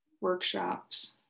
Workshops